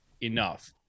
enough